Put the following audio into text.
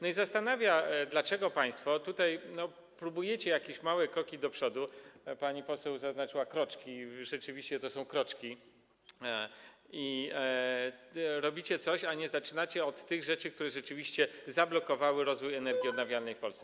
No i zastanawia, dlaczego państwo tutaj próbujecie robić jakieś małe kroki do przodu - pani poseł zaznaczyła: kroczki, rzeczywiście to są kroczki - i robicie coś, a nie zaczynacie od tych rzeczy, które rzeczywiście zablokowały rozwój energii odnawialnej w Polsce.